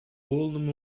полному